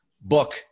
Book